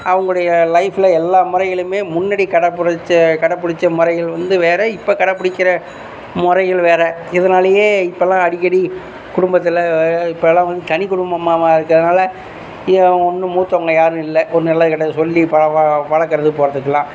அவங்களுடைய லைஃப்பில் எல்லா முறைகளுமே முன்னாடி கடைப்புடுச்ச கடைப்புடுச்ச முறைகள் வந்து வேறே இப்போது கடைபுடிக்குற முறைகள் வேறே இதனாலேயே இப்போலாம் அடிக்கடி குடும்பத்தில் இப்போலாம் வந்து தனி குடும்பமாக இருக்கிறதுனால ஒன்றும் மூத்தவங்க யாரும் இல்லை ஒரு நல்லது கெட்டது சொல்லி வா வளர்க்கறதுக்கு போகிறதுக்குலாம்